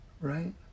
Right